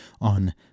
on